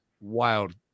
wild